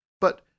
But